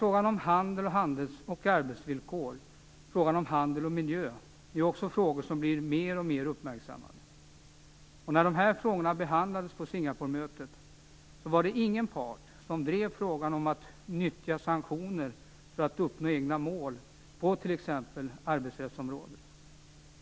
Frågan om handel och arbetsvillkor och frågan om handel och miljö är också frågor som blir mer och mer uppmärksammade. När dessa frågor behandlades på Singaporemötet var det ingen part som drev frågan om att nyttja sanktioner för att uppnå egna mål på t.ex. arbetsrättsområdet.